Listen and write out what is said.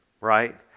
right